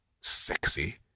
sexy